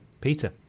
Peter